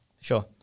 Sure